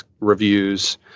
reviews